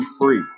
free